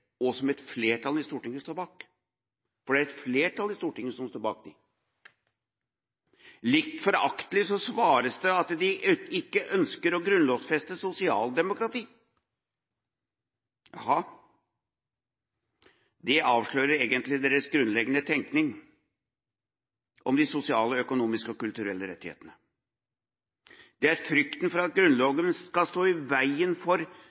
og som et flertall i Stortinget står bak – for det er et flertall i Stortinget som står bak dem. Litt foraktelig svares det at de ikke ønsker å grunnlovfeste sosialdemokratiet. Jaha – det avslører egentlig deres grunnleggende tenkning om de sosiale, økonomiske og kulturelle rettighetene. Det er frykten for at Grunnloven skal stå i veien for